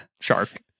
shark